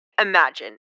Imagine